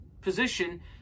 position